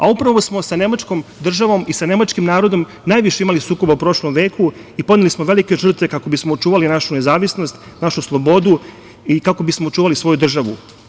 Upravo smo sa nemačkom državom i sa nemačkim narodom najviše imali sukoba u prošlom veku i podneli smo velike žrtve kako bismo očuvali našu nezavisnost, našu slobodu i kako bismo očuvali svoju državu.